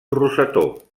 rosetó